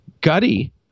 gutty